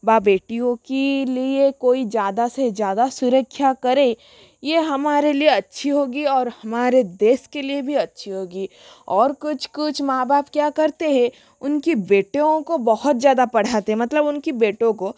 व बेटियों की लिए कोई ज़्यादा से ज़्यादा सुरक्षा करे ये हमारे लिए अच्छी होगी और हमारे देश के लिए भी अच्छी होगी और कुछ कुछ माँ बाप क्या करते है उनकी बेटियों को बहुत ज़्यादा पढ़ाते मतलब उनकी बेटों को